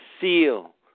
seal